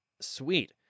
sweet